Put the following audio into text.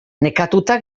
nekatuta